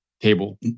table